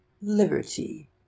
liberty